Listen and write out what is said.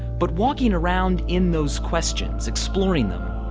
but walking around in those questions, exploring them,